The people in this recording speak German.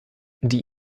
die